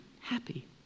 Happy